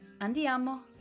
andiamo